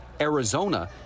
Arizona